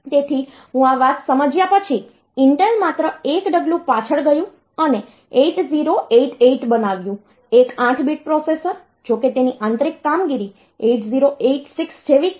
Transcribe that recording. તેથી હું આ વાત સમજ્યા પછી ઇન્ટેલ માત્ર એક ડગલું પાછળ ગયું અને 8088 બનાવ્યું એક 8 બીટ પ્રોસેસર જો કે તેની આંતરિક કામગીરી 8086 જેવી જ છે